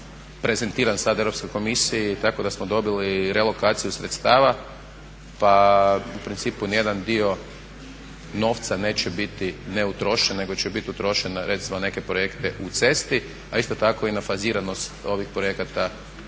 prezentiran sad Europskoj komisiji tako da smo dobili relokaciju sredstava, pa u principu ni jedan dio novca neće biti neutrošen, nego će biti utrošen recimo na neke projekte u cesti, a isto tako i na faziranost ovih projekata